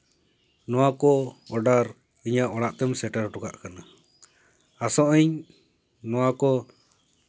ᱱᱚᱣᱟ ᱠᱚ ᱚᱰᱟᱨ ᱤᱧᱟᱹᱜ ᱚᱲᱟᱜ ᱛᱮᱢ ᱥᱮᱴᱮᱨ ᱦᱚᱴᱚ ᱠᱟᱜ ᱠᱟᱱᱟ ᱟᱥᱚᱜ ᱟᱹᱧ ᱱᱚᱣᱟ ᱠᱚ